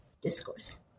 discourse